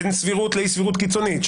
בין סבירות לאי סבירות קיצונית,